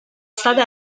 state